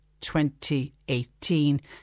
2018